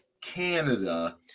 Canada